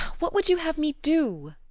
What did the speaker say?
what would you have me do?